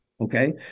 okay